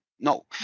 No